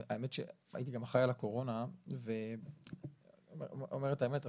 האמת שהייתי גם אחראי על הקורונה ואומר את האמת,